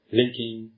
linking